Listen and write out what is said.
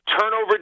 turnover